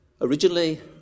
Originally